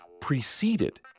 preceded